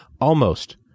almost